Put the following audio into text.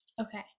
Okay